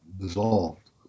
dissolved